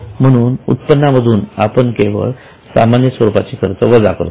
म्हणून उत्पन्ना मधून आपण केवळ सामान्य स्वरूपाचे खर्च वजा करतो